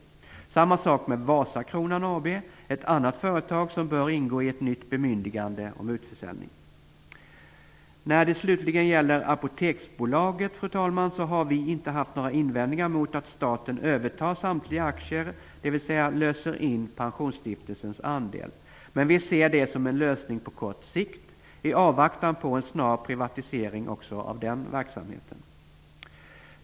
Det är samma sak med Vasakronan AB, som är ett annat statligt företag som bör ingå i ett nytt bemyndigande om utförsäljning. När det slutligen gäller Apoteksbolaget, fru talman, har vi inte haft några invändningar mot att staten övertar samtliga aktier, dvs. löser in pensionsstiftelsens andel. Men vi ser det som en lösning på kort sikt - i avvaktan på en snar privatisering också av den verksamheten.